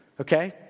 Okay